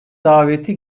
daveti